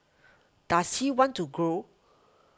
does he want to grow